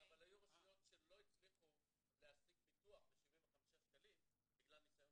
אבל היו רשויות שלא הצליחו להשיג ביטוח ב-75 שקלים בגלל ניסיון